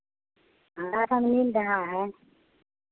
हाँ राशन मिल रहा है